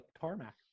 tarmac